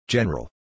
General